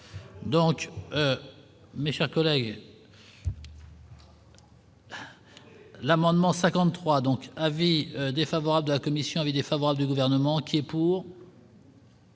Donc, mes chers collègues. L'amendement 53, donc avis défavorable de la commission avis défavorable du gouvernement qui est pour.